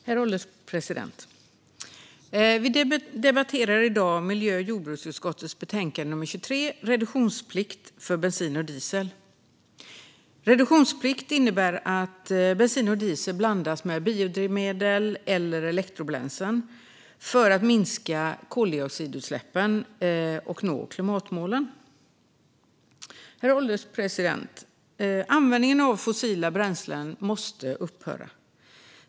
Herr ålderspresident! Vi debatterar i dag miljö och jordbruksutskottets betänkande 23 Reduktionsplikt för bensin och diesel . Reduktionsplikt innebär att bensin och diesel blandas med biodrivmedel eller elektrobränslen för att minska koldioxidutsläppen och nå klimatmålen. Herr ålderspresident! Användningen av fossila bränslen måste upphöra.